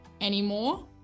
anymore